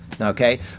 Okay